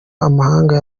amahanga